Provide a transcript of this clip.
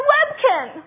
Webkin